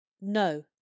No